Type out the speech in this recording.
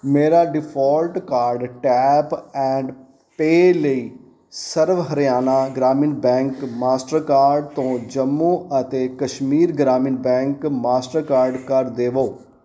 ਮੇਰਾ default card tap and pay ਲਈ Sarva Haryana Gramin bank Mastercard ਤੋਂ ਜੰਮੂ ਅਤੇ Kashmir Gramin bank Mastercard ਕਰ ਦੇਵੋ